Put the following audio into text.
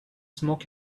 smoke